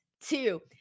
two